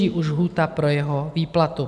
Běží už lhůta pro jeho výplatu.